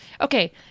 Okay